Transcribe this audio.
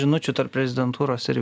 žinučių tarp prezidentūros ir